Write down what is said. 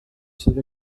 sydd